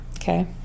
Okay